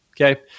Okay